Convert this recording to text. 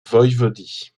voïvodie